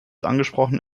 angesprochen